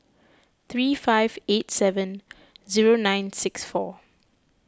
three five eight seven zero nine six four